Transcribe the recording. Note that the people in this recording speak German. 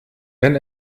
wenn